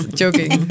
joking